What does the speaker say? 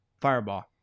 Fireball